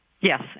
Yes